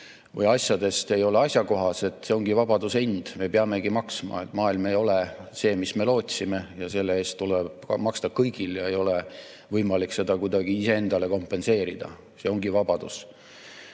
või asjade pärast ei ole asjakohased. See ongi vabaduse hind, me peamegi maksma. Maailm ei ole see, mis me lootsime, ja selle eest tuleb maksta kõigil. Ei ole võimalik seda kuidagi iseendale kompenseerida. See ongi vabadus.